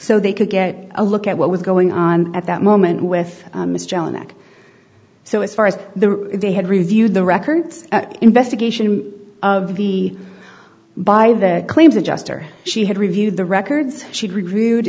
so they could get a look at what was going on at that moment with so as far as the they had reviewed the records investigation of the by the claims adjuster she had reviewed the records she'd reviewed